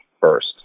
first